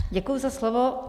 Děkuji za slovo.